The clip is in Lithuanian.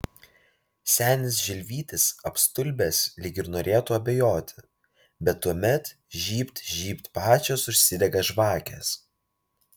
senis žilvytis apstulbęs lyg ir norėtų abejoti bet tuomet žybt žybt pačios užsidega žvakės